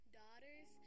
daughters